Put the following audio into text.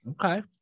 Okay